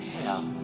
hell